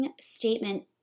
statement